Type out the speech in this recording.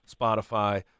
Spotify